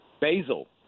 Basil